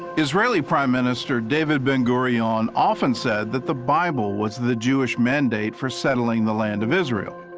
israeli prime minister david ben-gurion often said that the bible was the jewish mandate for settling the land of israel.